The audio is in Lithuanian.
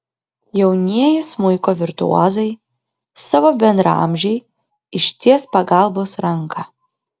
jaunieji smuiko virtuozai savo bendraamžei išties pagalbos ranką